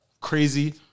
crazy